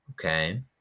okay